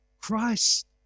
Christ